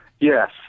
Yes